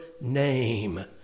name